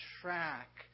track